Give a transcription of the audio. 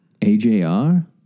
AJR